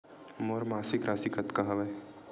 मोर मासिक राशि कतका हवय?